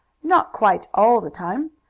not quite all the time.